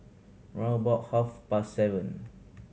round about half past seven